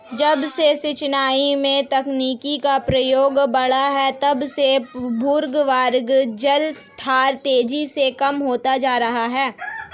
जब से सिंचाई में तकनीकी का प्रयोग बड़ा है तब से भूगर्भ जल स्तर तेजी से कम होता जा रहा है